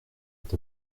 est